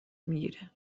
میگیره